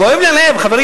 כואב לי הלב, חברים.